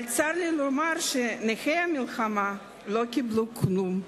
אבל צר לי לומר שנכי המלחמה לא קיבלו כלום,